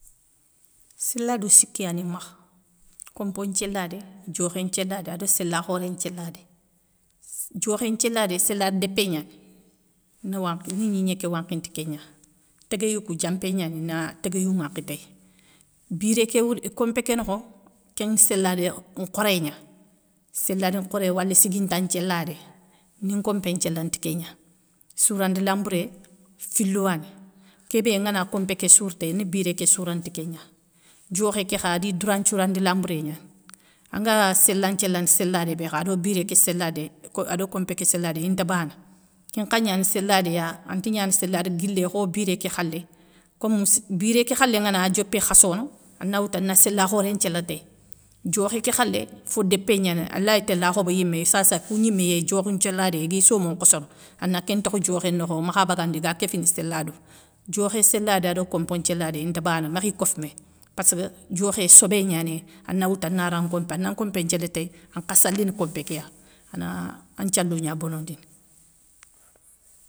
Séladou siki yani makha, konpé nthiéladé, diokhé nthiéladé ado séla khoré nthiéladé, diokhé nthiéladé séladé déppé gnani, ni wankhi ni gnigné ké wankhini ti kégna, téguéyou kou dianpé gnani na téguéyou ŋankhi téye. biré ké wour, konpé ké nokho. kéŋ séladé nkhoré gna, séladé nkhoré wala siguinta nthiéladé. Ni nkonpé nthiélana ti kégna, sourandi lanbouré filo yani, ké bé ngana konpé ké soura téy ni biré ké sourana ti kégna, diokhé ké kha a di doura nthiourandi lanbouré gnani. Anga séla nthiélana ti séladé bé kha ado biré ké séladé ado konpé ké séladé inta bana. Kenkha gnana séladé ya anta gnana séladé guilé, kho biré ké khalé, komi biré ké khalé ngana diopé khassono ana woutou a na séla khoré nthiéla téye. Diokhé ké khalé fo dépé gnani a alaye téla khobo yimé, sassa kou gnimé yéyi diokhi nthiéladé i gui somo nkhossono a na ké ntokho diokhé nokho makha bagandini ga kéfini séladou, diokhé séladé ado konpé séladé inta bana makhi kofoumé. Pask diokhé sobé gnanéyi a na woutou a na ran nkonpé a nan konpé nthiéla téyi ankha salini konpé ké ya. A na anthialou gna bonondini.